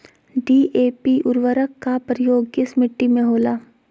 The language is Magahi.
डी.ए.पी उर्वरक का प्रयोग किस मिट्टी में होला?